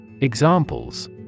Examples